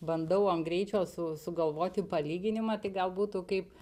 bandau ant greičio su sugalvoti palyginimą tai gal būtų kaip